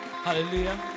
Hallelujah